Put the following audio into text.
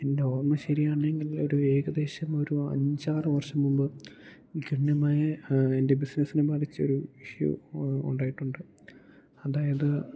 എൻ്റെ ഓർമ്മ ശരിയാണെങ്കിൽ ഒരു ഏകദേശം ഒരു അഞ്ചാറു വർഷം മുമ്പ് ഗണ്യമായ എൻ്റെ ബിസിനസ്സിനെ ബാധിച്ചൊരു ഇഷ്യു ഉണ്ടായിട്ടുണ്ട് അതായത്